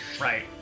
Right